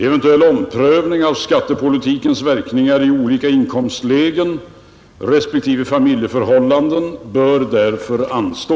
Eventuell omprövning av skattepolitikens verkningar i olika inkomstlägen respektive familjeförhållanden bör därför anstå.